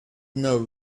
know